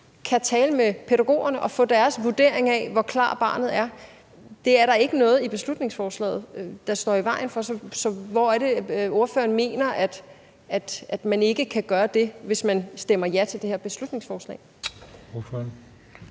kan tale med pædagogerne og få deres vurdering af, hvor skoleklar barnet er? Det er der ikke noget i beslutningsforslaget der står i vejen for. Så hvor er det, at ordføreren mener, at man ikke kan gøre det, hvis man stemmer ja til det her beslutningsforslag? Kl.